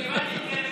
אני הבנתי את